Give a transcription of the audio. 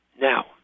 Now